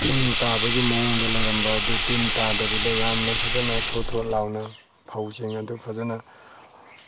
ꯇꯤꯟ ꯇꯥꯕꯒꯤ ꯃꯑꯣꯡꯗ ꯂꯩꯔꯝꯕ ꯑꯗꯨ ꯇꯤꯟ ꯇꯥꯗꯕꯤꯗ ꯌꯥꯝꯅ ꯐꯖꯅ ꯊꯣꯠꯊꯣꯠ ꯂꯥꯎꯅ ꯐꯧꯁꯤꯡ ꯑꯗꯨ ꯐꯖꯅ